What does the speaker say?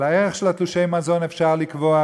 את הערך של תלושי המזון אפשר לקבוע,